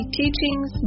teachings